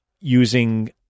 using